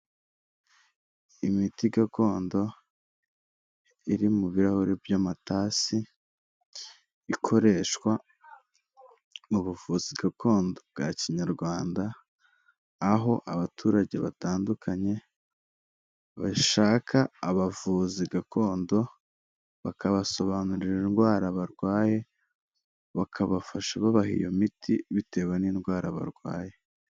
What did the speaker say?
Imiti gakondo iri mu birahuri by'amatasi ikoreshwa mu buvuzi gakondo bwa kinyarwanda aho abaturage batandukanye bashaka abavuzi gakondo bakabasobanurira indwara barwaye bakabafasha babaha iyo miti bitewe n'indwara barwaye.